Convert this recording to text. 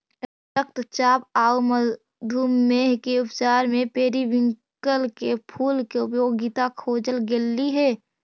रक्तचाप आउ मधुमेह के उपचार में पेरीविंकल के फूल के उपयोगिता खोजल गेली हे